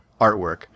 artwork